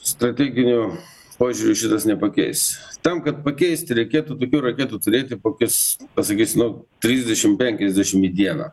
strateginiu požiūriu šitas nepakeis tam kad pakeisti reikėtų tokių raketų turėti kokius pasakysiu nu trisdešim penkiasdešim į dieną